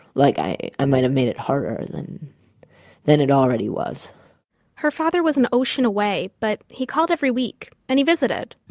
like i i might have made it harder than than it already was her father was an ocean away, but he called every week and he visited.